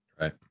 Right